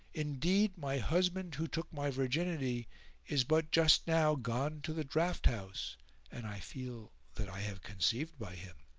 indeed my husband who took my virginity is but just now gone to the draught-house and i feel that i have conceived by him.